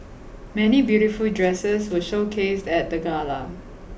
many beautiful dresses were showcased at the gala